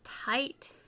tight